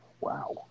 Wow